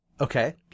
Okay